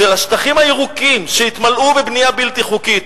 של השטחים הירוקים שהתמלאו בבנייה בלתי חוקית,